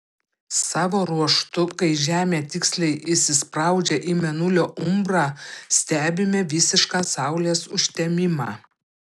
savo ruožtu kai žemė tiksliai įsispraudžia į mėnulio umbrą stebime visišką saulės užtemimą